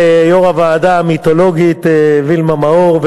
ליו"ר הוועדה המיתולוגית וילמה מאור,